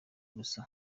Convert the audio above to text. gusa